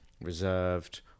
reserved